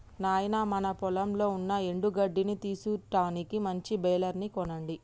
నాయినా మన పొలంలో ఉన్న ఎండు గడ్డిని తీసుటానికి మంచి బెలర్ ని కొనండి